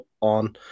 on